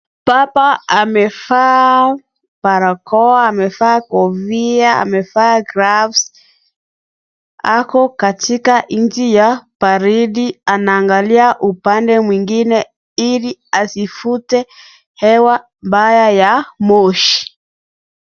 Papa amevaa barakoa, amevaa kofia, amevaa (cs)gloves(cs), ako katika nchi ya, baridi, anaangalia upande mwingine ili, asifute, hewa mbaya ya, moshi.